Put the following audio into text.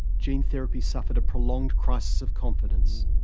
gene therapy suffered a prolonged crisis of confidence.